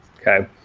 okay